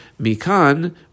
mikan